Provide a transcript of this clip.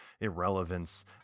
irrelevance